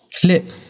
clip